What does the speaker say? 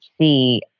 see